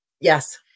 Yes